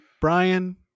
Brian